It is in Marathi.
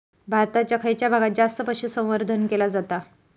भारताच्या खयच्या भागात जास्त पशुसंवर्धन केला जाता?